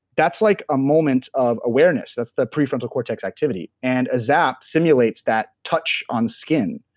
that's like a moment of awareness. that's the prefrontal cortex activity and a zap simulates that touch on skin,